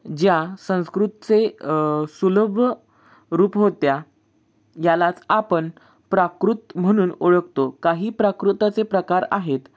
ज्या संस्कृताचे सुलभ रूप होत्या यालाच आपण प्राकृत म्हणून ओळखतो काही प्राकृताचे प्रकार आहेत